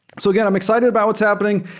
so again, i'm excited about what's happening.